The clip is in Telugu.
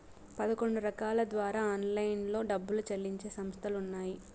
పదకొండు రకాల ద్వారా ఆన్లైన్లో డబ్బులు చెల్లించే సంస్థలు ఉన్నాయి